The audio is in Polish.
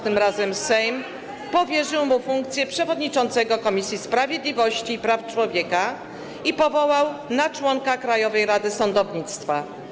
Tym razem Sejm powierzył mu funkcję przewodniczącego Komisji Sprawiedliwości i Praw Człowieka i powołał na członka Krajowej Rady Sądownictwa.